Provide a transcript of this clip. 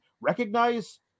recognize